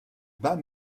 bas